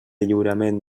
lliurament